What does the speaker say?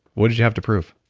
what did you have to prove?